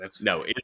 No